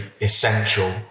essential